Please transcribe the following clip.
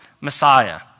Messiah